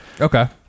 Okay